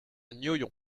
noyon